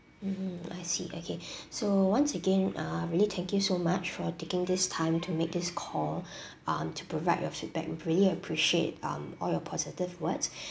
mm mm I see okay so once again uh really thank you so much for taking this time to make this call um to provide your feedback we really appreciate um all your positive words